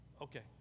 okay